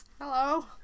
Hello